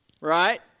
Right